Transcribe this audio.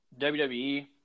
WWE